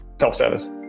self-service